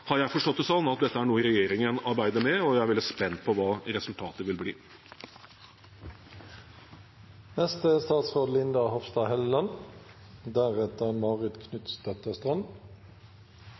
forstått det slik at dette er noe regjeringen arbeider med, og jeg er veldig spent på hva resultatet vil bli. Vi vet at rasisme og diskriminering er